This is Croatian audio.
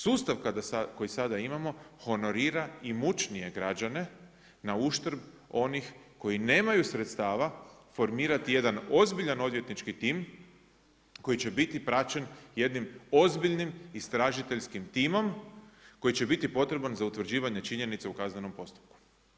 Sustav koji sada imamo honorira imućnije građane na uštrb onih koji nemaju sredstava formirati jedan ozbiljan odvjetnički tim koji će biti praćen jednim ozbiljnim istražiteljskim timom koji će biti potreban za utvrđivanje činjenica u kaznenom postupku.